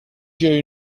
you